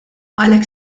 għalhekk